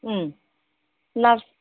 उम नार्स